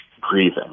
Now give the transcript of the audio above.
grieving